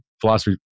philosophy